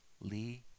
Lee